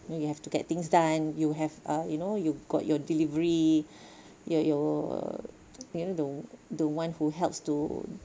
then you have to get things done and you have ah you know you got your delivery that you ah you know the the one who helps to